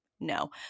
no